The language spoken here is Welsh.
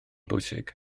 bwysig